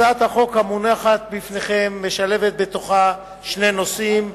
הצעת החוק המונחת בפניכם משלבת בתוכה שני נושאים,